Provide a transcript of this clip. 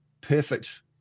perfect